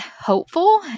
hopeful